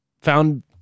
found